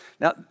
Now